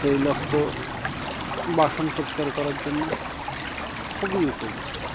তৈলাক্ত বাসন পরিষ্কার করার জন্য খুবই উপযুক্ত